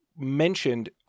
mentioned